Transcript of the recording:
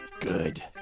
Good